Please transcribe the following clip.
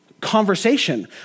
conversation